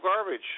garbage